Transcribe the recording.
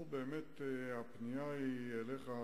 הפנייה היא אליך,